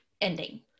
ending